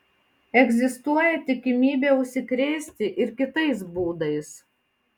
egzistuoja tikimybė užsikrėsti ir kitais būdais